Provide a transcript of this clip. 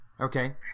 Okay